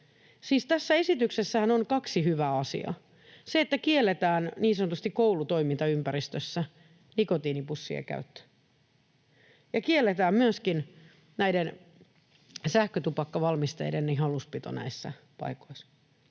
tässä esityksessähän on kaksi hyvää asiaa — se, että kielletään niin sanotusti koulutoimintaympäristössä nikotiinipussien käyttö ja kielletään myöskin näiden sähkötupakkavalmisteiden hallussapito näissä paikoissa.